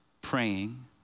praying